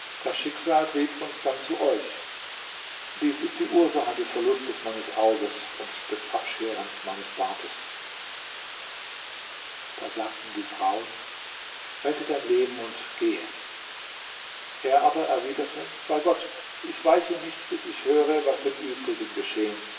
das schicksal trieb uns dann zu euch dies ist die ursache des verlustes meines auges und des abscherens meines bartes da sagten die frauen rette dein leben und gehe er aber erwiderte bei gott ich weiche nicht bis ich höre was den übrigen geschehen